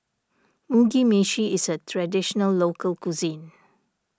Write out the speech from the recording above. Mugi Meshi is a Traditional Local Cuisine